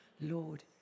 Lord